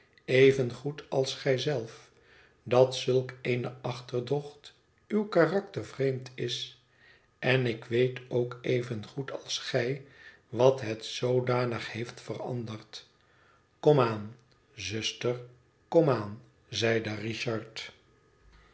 evengoed als gij zelf dat zulk eene achterdocht uw karakter vreemd is en ik weet ook evengoed als gij wat het zoodanig heeft veranderd kom aan zuster kom aan zeide richard